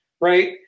right